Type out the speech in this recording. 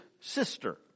sister